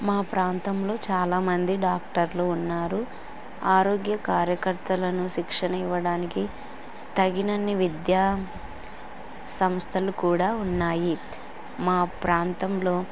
మా ప్రాంతంలో చాలామంది డాక్టర్లు ఉన్నారు ఆరోగ్య కార్యకర్తలను శిక్షణ ఇవ్వడానికి తగినన్ని విద్యా సంస్థలు కూడా ఉన్నాయి మా ప్రాంతంలో